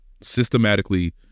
systematically